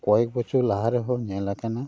ᱠᱚᱭᱮᱠ ᱵᱚᱪᱷᱚᱨ ᱞᱟᱦᱟ ᱨᱮᱦᱚᱸ ᱧᱮᱞ ᱟᱠᱟᱱᱟ